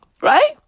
Right